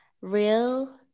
real